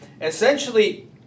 essentially